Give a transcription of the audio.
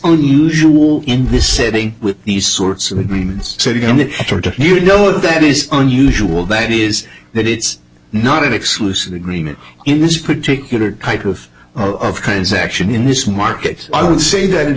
unusual in this city with these sorts of means city and if you know that is unusual that is that it's not an exclusive agreement in this particular type of of kinds action in this market i would say that it